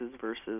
versus